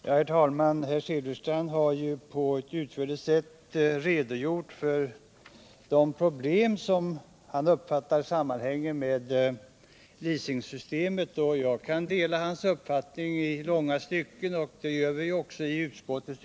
Herr talman! Herr Silfverstrand har ju på ett utförligt sätt redogjort för de problem som enligt hans uppfattning sammanhänger med leasingsystemet. I långa stycken kan jag dela hans uppfattning, och det gör f.ö. också utskottet.